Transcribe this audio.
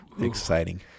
exciting